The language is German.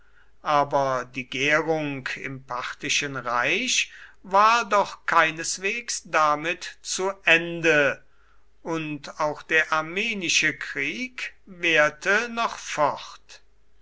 aber die gärung im parthischen reich war doch keineswegs damit zu ende und auch der armenische krieg währte noch fort